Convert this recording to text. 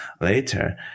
later